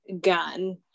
gun